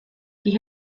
die